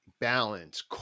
balance